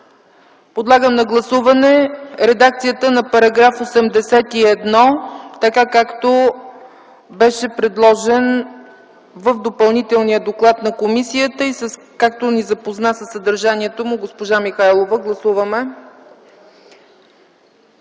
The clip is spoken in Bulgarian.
Подлагам на гласуване редакцията на § 81, така както беше предложена в допълнителния доклад на комисията и както ни запозна със съдържанието му госпожа Михайлова. Гласували